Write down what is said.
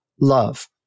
love